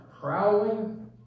prowling